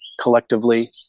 collectively